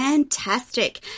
Fantastic